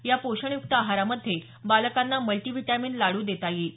या पोषण युक्त आहारामध्ये बालकांना मल्टिव्हिटॅमिन लाडू देता येईल